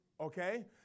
Okay